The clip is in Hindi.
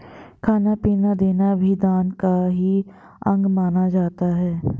खाना पीना देना भी दान का ही अंग माना जाता है